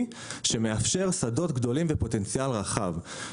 שמאפשר שדות גדולים בפוטנציאל רחב.